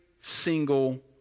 single